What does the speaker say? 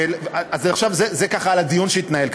אז זה עכשיו, זה ככה על הדיון שהתנהל כאן.